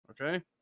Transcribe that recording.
Okay